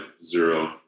zero